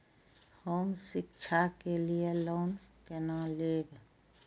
हम शिक्षा के लिए लोन केना लैब?